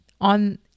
on